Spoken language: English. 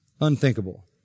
Unthinkable